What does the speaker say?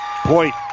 Point